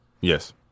Yes